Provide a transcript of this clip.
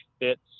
fits